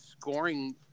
scoring